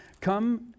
come